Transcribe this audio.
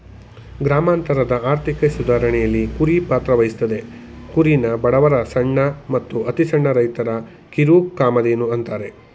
ಗ್ರಾಮಾಂತರದ ಆರ್ಥಿಕ ಸುಧಾರಣೆಲಿ ಕುರಿ ಪಾತ್ರವಹಿಸ್ತದೆ ಕುರಿನ ಬಡವರ ಸಣ್ಣ ಮತ್ತು ಅತಿಸಣ್ಣ ರೈತರ ಕಿರುಕಾಮಧೇನು ಅಂತಾರೆ